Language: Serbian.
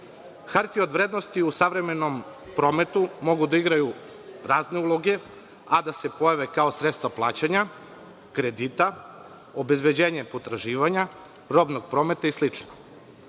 od vrednosti u savremenom prometu mogu da igraju razne uloge, a da se pojave kao sredstva plaćanja kredita, obezbeđenje potraživanja, robnog prometa i